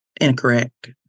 incorrect